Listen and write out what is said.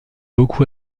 beaucoup